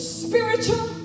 spiritual